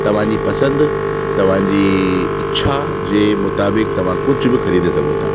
तव्हांजी पसंदि तव्हांजी इच्छा जे मुताबिक़ि तव्हां कुझु बि ख़रीदे सघो था